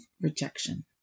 rejection